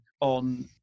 on